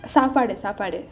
சாப்பாடு சாப்பாடு:sappadu sappadu